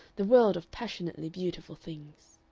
the world of passionately beautiful things.